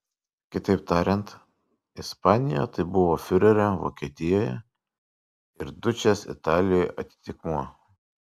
kitaip tariant ispanijoje tai buvo fiurerio vokietijoje ir dučės italijoje atitikmuo